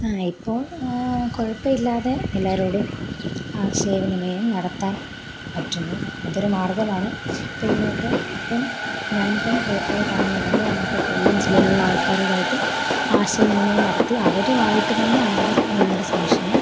ഇപ്പോൾ കുഴപ്പമില്ലാതെ എല്ലാവരോടും ആശയവിനിമയം നടത്താൻ പറ്റുന്നു അതൊരു മാർഗമാണ് ഇപ്പം ഇങ്ങോട്ട് ഇപ്പം ഞാനിപ്പം കോട്ടയത്താണെന്നുണ്ടെങ്കിൽ നമുക്ക് കൊല്ലം ജില്ലയിലുള്ള ആൾക്കാരുമായിട്ട് ആശയവിനിമയം നടത്തി അവരുമായിട്ട് തന്നെ അവരുടെ നിങ്ങളുടെ സംശയം